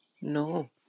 No